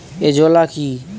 Azolla কি?